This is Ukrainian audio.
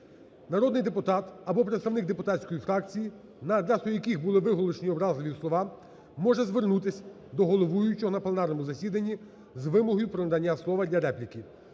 народний депутат або представник депутатської фракції, на адресу яких були виголошені образливі слова, може звернутися до головуючого на пленарному засіданні з вимогою про надання слова для репліки.